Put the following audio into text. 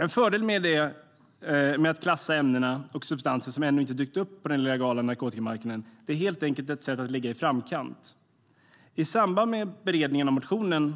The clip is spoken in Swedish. En fördel med det är att man kan klassa ämnen och substanser som ännu inte dykt upp på den illegala narkotikamarknaden. Det är helt enkelt ett sätt att ligga i framkant. I samband med beredningen av motionerna